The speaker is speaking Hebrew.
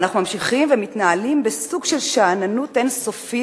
אנחנו ממשיכים ומתנהלים בסוג של שאננות אין-סופית,